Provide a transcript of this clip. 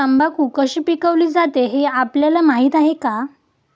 तंबाखू कशी पिकवली जाते हे आपल्याला माहीत आहे का?